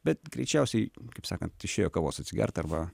bet greičiausiai kaip sakant išėjo kavos atsigert arba